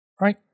right